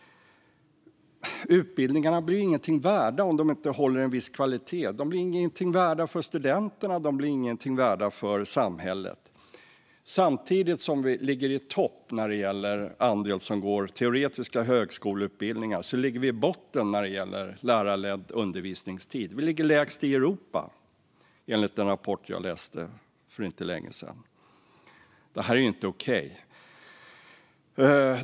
Utbildningarna blir ingenting värda om de inte håller en viss kvalitet. De blir ingenting värda för studenterna, och de blir ingenting värda för samhället. Samtidigt som vi ligger i topp när det gäller andel som går teoretiska högskoleutbildningar ligger vi i botten när det gäller lärarledd undervisningstid. Vi ligger lägst i Europa, enligt den rapport jag läste för inte länge sedan. Det här är inte okej.